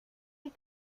est